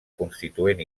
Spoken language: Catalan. constituent